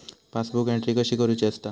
Passbook entry कशी करुची असता?